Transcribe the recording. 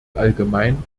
allgemein